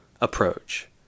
approach